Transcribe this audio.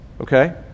Okay